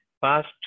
past